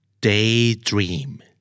Daydream